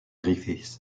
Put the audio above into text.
griffith